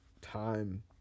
Time